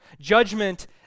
Judgment